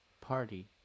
Party